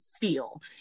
feel